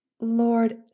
Lord